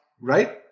right